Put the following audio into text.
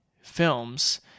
films